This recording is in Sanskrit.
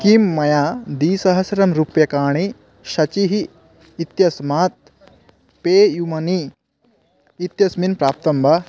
किं मया द्विसहस्ररूप्यकाणि शचिः इत्यस्मात् पे यूमनी इत्यस्मिन् प्राप्तं वा